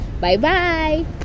Bye-bye